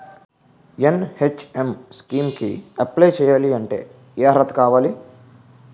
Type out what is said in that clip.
NHM scheme కి apply చేయాలి అంటే ఏ అర్హత కావాలి?